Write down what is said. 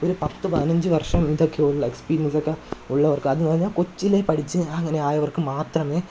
ഒരു പത്ത് പതിനഞ്ച് വര്ഷം ഇതൊക്കെയുള്ള എക്സ്പീരിയസൊക്കെ ഉള്ളവര്ക്ക് അത് തന്നെ കൊച്ചിലെ പഠിച്ച് അങ്ങനെ ആയവര്ക്ക് മാത്രമേ